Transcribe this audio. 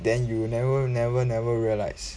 then you'll never never never realize